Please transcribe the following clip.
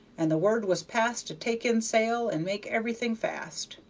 and the word was passed to take in sail and make everything fast.